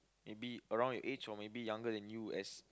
maybe around your age or maybe younger than you as